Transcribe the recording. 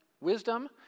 Wisdom